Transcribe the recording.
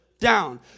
down